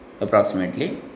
approximately